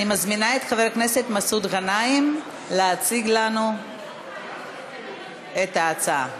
אני מזמינה את חבר הכנסת מסעוד גנאים להציג לנו את ההצעה,